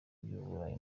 by’uburayi